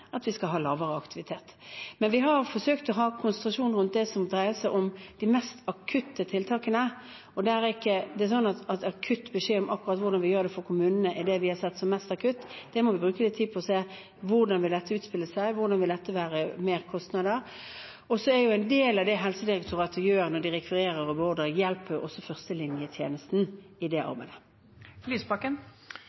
at vi skal ha lavere aktivitet. Vi har forsøkt å ha konsentrasjon rundt det som dreier seg om de mest akutte tiltakene, og der er det ikke sånn at akutt beskjed om akkurat hvordan vi gjør det for kommunene, er det vi har sett som mest akutt. Vi må bruke litt tid på å se hvordan det vil utspille seg, hva det vil være av merkostnader. En del av det Helsedirektoratet gjør når de rekvirerer og beordrer, hjelper også førstelinjetjenesten i det